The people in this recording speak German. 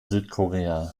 südkorea